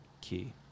key